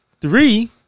Three